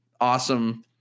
awesome